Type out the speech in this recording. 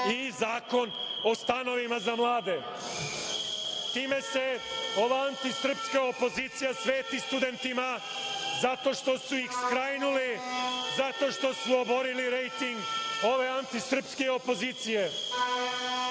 i Zakon o stanovima za mlade. Time se ova antisrpska opozicija sveti studentima zato što su ih skrajnuli, zato što su oborili rejting ove antisrpske opozicije.